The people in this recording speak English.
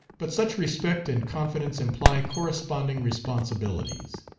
but such respect and confidence imply corresponding responsibilities.